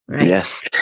Yes